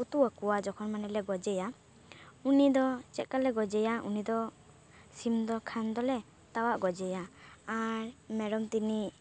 ᱩᱛᱩ ᱟᱠᱚᱣᱟ ᱡᱚᱠᱷᱚᱱ ᱢᱟᱱᱮᱞᱮ ᱜᱚᱡᱮᱭᱟ ᱩᱱᱤ ᱫᱚ ᱪᱮᱫ ᱠᱟᱞᱮ ᱜᱚᱡᱮᱭᱟ ᱩᱱᱤ ᱫᱚ ᱥᱤᱢ ᱫᱚ ᱠᱷᱟᱱ ᱫᱚᱞᱮ ᱛᱟᱣᱟᱜ ᱜᱚᱡᱮᱭᱟ ᱟᱨ ᱢᱮᱨᱚᱢ ᱛᱮᱱᱤᱡ